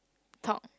talk